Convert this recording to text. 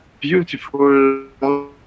beautiful